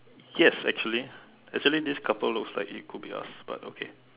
yes actually actually this couple looks like it could be us but it's okay